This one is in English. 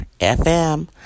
FM